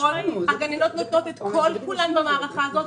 הגננות נותנות את כל כולן במערכה הזאת.